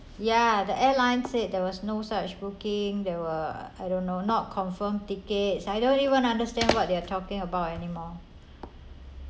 ya the airline said there was no such booking there were I don't know not confirm tickets I don't even understand what they are talking about anymore